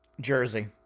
Jersey